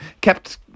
kept